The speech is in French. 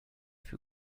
fut